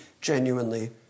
genuinely